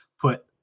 put